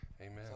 Amen